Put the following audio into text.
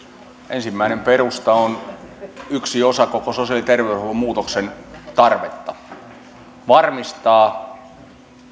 ensimmäinen perusta on yksi osa koko sosiaali ja terveydenhuollon muutoksen tarvetta varmistaa